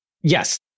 Yes